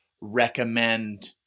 recommend